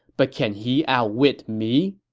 but can he outwit me?